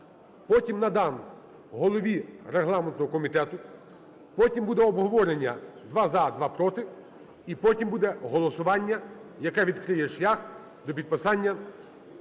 Потім надам голові регламентного комітету. Потім буде обговорення: два – за, два – проти. І потім буде голосування, яке відкриє шлях до підписання